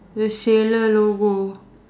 the sailor logo